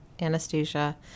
anesthesia